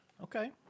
Okay